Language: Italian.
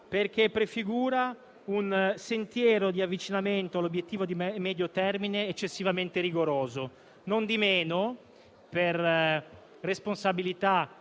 perché prefigura un sentiero di avvicinamento all'obiettivo di medio termine eccessivamente rigoroso. Nondimeno, per responsabilità